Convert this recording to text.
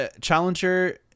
Challenger